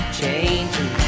changing